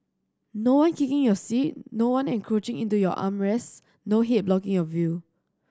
no one kicking your seat no one encroaching into your arm rest no head blocking your view